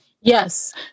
Yes